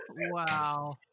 wow